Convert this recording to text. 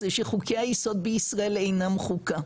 זה שחוקי היסוד בישראל אינם חוקה,